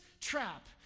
trap